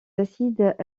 acides